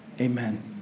amen